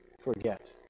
forget